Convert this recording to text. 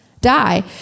die